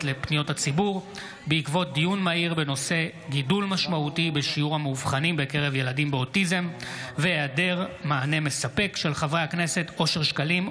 לפניות הציבור בעקבות דיון מהיר בהצעתם של חברי הכנסת אושר שקלים,